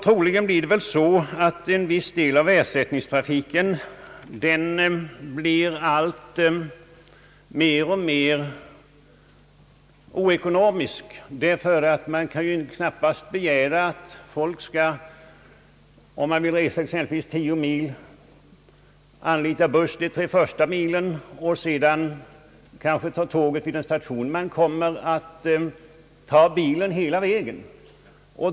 Troligen kommer det väl att visa sig att en viss del av ersättningstrafiken blir alltmer oekonomisk då man ju knappast kan begära att personer som skall resa t.ex. tio mil skall anlita buss de tre första milen och sedan kanske ta tåg till slutstationen. De kommer att ta bilen hela vägen.